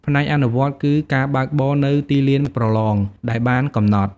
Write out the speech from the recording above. ផ្នែកអនុវត្តគឺការបើកបរនៅទីលានប្រឡងដែលបានកំណត់។